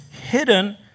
hidden